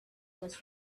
was